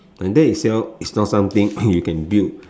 and that itself is not something that you can build